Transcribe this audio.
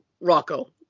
Rocco